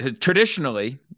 traditionally